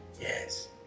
Yes